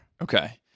Okay